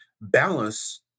balance